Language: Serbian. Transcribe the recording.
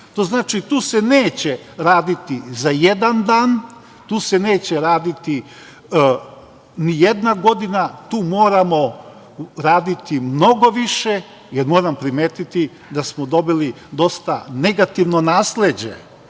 generacijama. Tu se neće raditi za jedan dan, tu se neće raditi ni jedna godina, tu moramo raditi mnogo više, jer moram primetiti da smo dobili dosta negativno nasleđe,